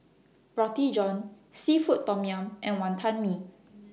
Roti John Seafood Tom Yum and Wantan Mee